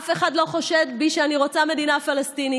אף אחד לא חושד בי שאני רוצה מדינה פלסטינית,